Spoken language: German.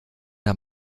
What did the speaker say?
der